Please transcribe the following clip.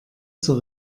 zur